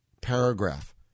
paragraph